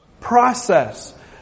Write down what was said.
Process